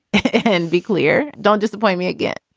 and be clear. don't disappoint me again